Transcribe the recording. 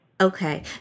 Okay